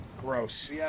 Gross